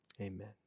Amen